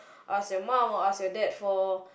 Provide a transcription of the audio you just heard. ask your mum or ask your dad for